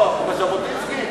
ז'בוטינסקי,